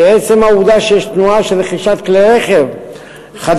כי עצם העובדה שיש תנועה של רכישת כלי רכב חדשים,